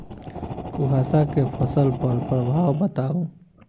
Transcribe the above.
कुहासा केँ फसल पर प्रभाव बताउ?